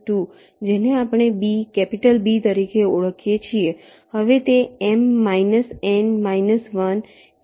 જેને આપણે B capital B તરીકે ઓળખીએ છીએ